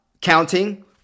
counting